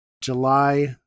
July